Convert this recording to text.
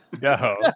No